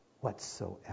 whatsoever